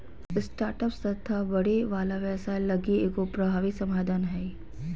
startups तथा बढ़े वाला व्यवसाय लगी एगो प्रभावी समाधान हइ